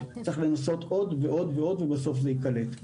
וצריך לנסות עוד ועוד ועוד ובסוף זה ייקלט,